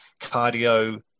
cardio